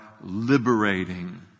liberating